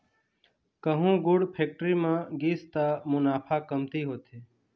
कहूँ गुड़ फेक्टरी म गिस त मुनाफा कमती होथे